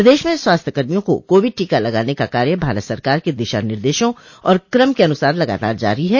प्रदेश में स्वास्थ्यकर्मियों को कोविड टीका लगाने का कार्य भारत सरकार के दिशा निर्देशों और कम के अनुसार लगातार जारी है